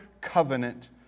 covenant